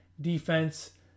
defense